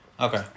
Okay